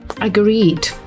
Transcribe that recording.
agreed